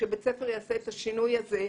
שבית ספר יעשה את השינוי הזה,